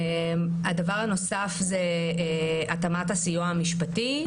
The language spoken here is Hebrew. הדבר הנוסף זו התאמת הסיוע המשפטי.